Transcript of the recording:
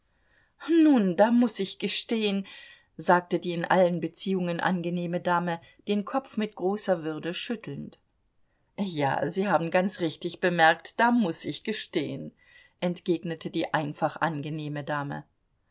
nun da muß ich gestehen sagte die in allen beziehungen angenehme dame den kopf mit großer würde schüttelnd ja sie haben ganz richtig bemerkt da muß ich gestehen entgegnete die einfach angenehme dame